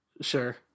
Sure